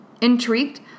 Intrigued